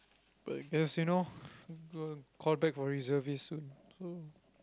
but guess you know gonna call back for reservist soon so